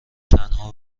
تنها